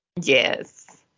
Yes